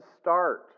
start